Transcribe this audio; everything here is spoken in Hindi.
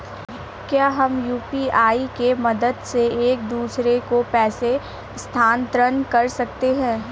क्या हम यू.पी.आई की मदद से एक दूसरे को पैसे स्थानांतरण कर सकते हैं?